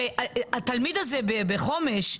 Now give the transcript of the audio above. התלמיד הזה בחומש,